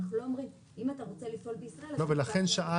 אנחנו לא אומרים "אם אתה רוצה לפעול בישראל אתה צריך.." לא ולכן שאלתי,